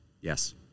Yes